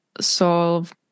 solve